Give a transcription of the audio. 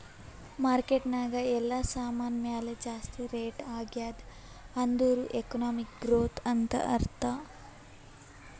market ನಾಗ್ ಎಲ್ಲಾ ಸಾಮಾನ್ ಮ್ಯಾಲ ಜಾಸ್ತಿ ರೇಟ್ ಆಗ್ಯಾದ್ ಅಂದುರ್ ಎಕನಾಮಿಕ್ ಗ್ರೋಥ್ ಅಂತ್ ಅರ್ಥಾ